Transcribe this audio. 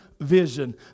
vision